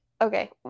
Okay